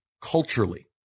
culturally